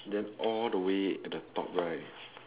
then all the way at the top right